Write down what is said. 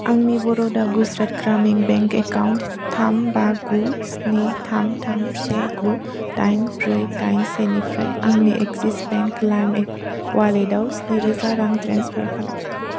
आंनि बर'दा Gujarat Gramin bank account थाम बा गु स्नि थाम थाम से गु दाइन ब्रै दाइन से निफ्राय आंनि एक्सिस बेंक लाइम वालेटाव स्निरोजा रां ट्रेन्सफार खालाम